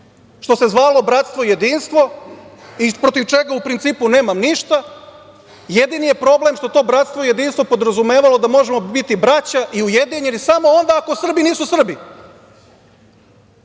što se zvalo bratstvo i jedinstvo i protiv čega u principu nemam ništa. Jedini je problem što je to bratstvo i jedinstvo podrazumevalo da možemo biti braća i ujedinjeni samo onda ako Srbi nisu Srbi,